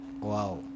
Wow